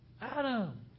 Adam